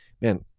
man